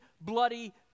bloody